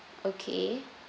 okay